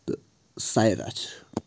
تہٕ سایرا چھِ